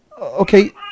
Okay